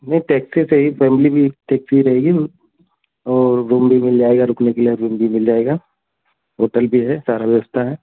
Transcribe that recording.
नहीं टेक्सी से ही फ़ैमिली भी टेक्सी ही रहेगी और रूम भी मिल जाएगा रुकने के लिए अब रूम भी मिल जाएगा होटल भी है सारी व्यवस्था है